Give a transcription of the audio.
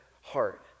heart